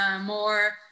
more